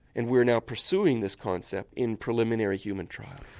and we are now pursuing this concept in preliminary human trials.